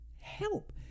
Help